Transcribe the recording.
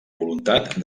voluntat